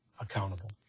accountable